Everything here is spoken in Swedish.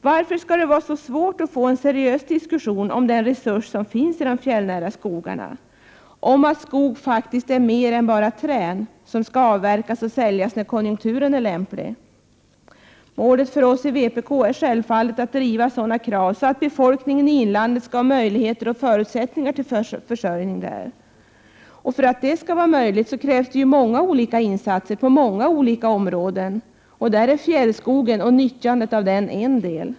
Varför skall det vara så svårt att få en seriös diskussion om den resurs som de fjällnära skogarna utgör, om att skog är mer än bara träd som skall avverkas och säljas när konjunkturen är lämplig? Målet för oss i vpk är självfallet att befolkningen i inlandet skall ges förutsättningar att försörja sig där. För att det skall vara möjligt krävs det insatser på många olika områden, och där är fjällskogen och nyttjandet av den en del.